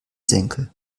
senkel